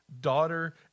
daughter